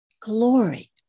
glory